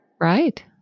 Right